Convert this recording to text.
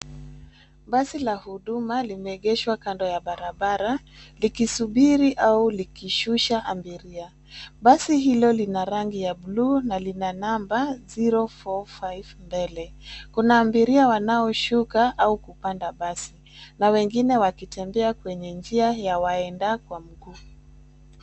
Basi la huduma limeegeshwa kando ya barabara, likisubiri au likishusha abiria. Basi hilo lina rangi ya bluu na lina namba 045 mbele. Kuna abiria wanaoshuka au kupanda basi, na wengine wakitembea kwenye njia ya waenda kwa mguu.